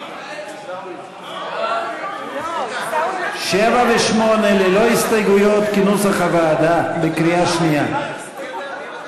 סעיפים 7 8, כהצעת הוועדה, נתקבלו.